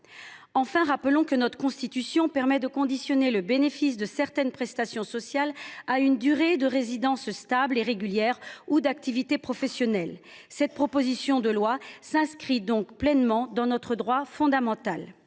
de surcroît que notre Constitution permet de conditionner le bénéfice de certaines prestations sociales à une durée de résidence stable et régulière ou d’activité professionnelle. Cette proposition de loi s’inscrit donc pleinement dans notre droit fondamental.